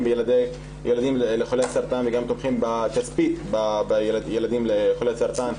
בילדים של חולי סרטן וגם תומכים כספית בילדים לחולי סרטן,